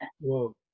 Whoa